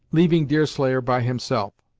leaving deerslayer by himself.